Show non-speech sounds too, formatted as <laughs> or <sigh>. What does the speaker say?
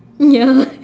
ya <laughs>